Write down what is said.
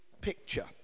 picture